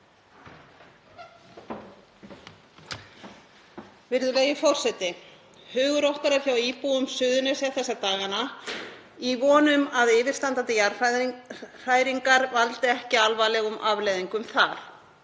Virðulegi forseti. Hugur okkar er hjá íbúum Suðurnesja þessa dagana í von um að yfirstandandi jarðhræringar hafi ekki alvarlega afleiðingar þar.